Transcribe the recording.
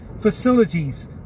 facilities